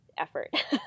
effort